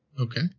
okay